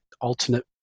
alternate